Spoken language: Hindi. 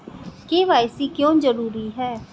के.वाई.सी क्यों जरूरी है?